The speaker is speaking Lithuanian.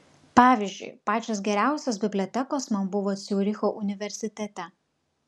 pavyzdžiui pačios geriausios bibliotekos man buvo ciuricho universitete